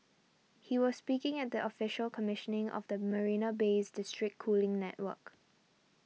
he was speaking at the official commissioning of the Marina Bay's district cooling network